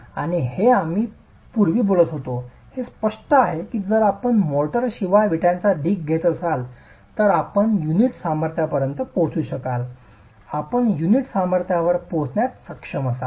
आणि हे आम्ही पूर्वी बोलत होतो हे स्पष्ट आहे की जर आपण मोर्टारशिवाय विटाचा ढीग घेत असाल तर आपण युनिट सामर्थ्यापर्यंत पोहोचू शकाल आपण युनिट सामर्थ्यावर पोहोचण्यास सक्षम असाल